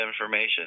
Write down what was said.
information